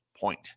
point